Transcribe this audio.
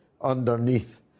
underneath